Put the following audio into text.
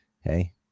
hey